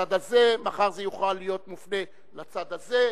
לצד הזה, מחר זה יוכל להיות מופנה לצד הזה.